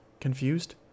Confused